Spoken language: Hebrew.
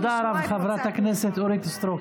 תודה לך, חברת הכנסת אורית סטרוק.